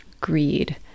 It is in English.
greed